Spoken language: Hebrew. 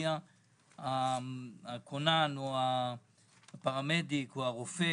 יגיע הכונן, הפרמדיק או הרופא